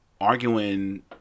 arguing